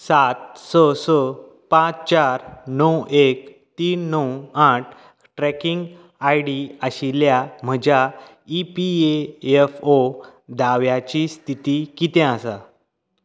सात स स पांच चार णव एक तीन णव आठ ट्रॅकींग आय डी आशिल्ल्या म्हज्या E P A F O दाव्याची स्थिती कितें आसा